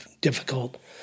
difficult